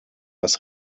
das